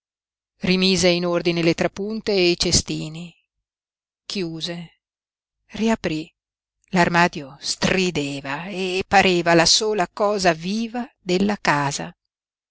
rimise in ordine le trapunte e i cestini chiuse riaprí l'armadio strideva e pareva la sola cosa viva della casa